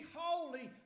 holy